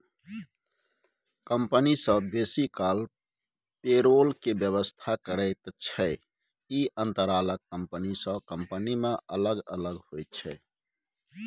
company सब बेसी काल पेरोल के व्यवस्था करैत छै, ई अंतराल कंपनी से कंपनी में अलग अलग होइत छै